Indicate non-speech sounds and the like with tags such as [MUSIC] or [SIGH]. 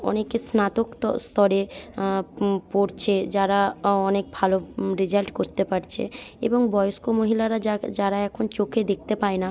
অনেকে স্নাতক স্তরে পড়ছে যারা [UNINTELLIGIBLE] অনেক ভালো রেজাল্ট করতে পারছে এবং বয়স্ক মহিলারা যারা এখন চোখে দেখতে পায় না